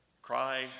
Cry